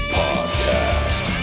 podcast